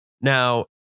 Now